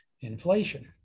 inflation